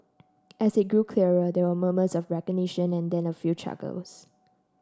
as it grew clearer there were murmurs of recognition and then a few chuckles